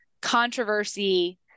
controversy